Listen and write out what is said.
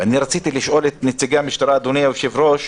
רציתי לשאול את נציגי המשטרה, אדוני היושב-ראש,